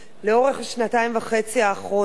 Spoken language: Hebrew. פעם מחדש לאורך השנתיים וחצי האחרונות.